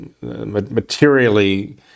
materially